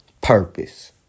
purpose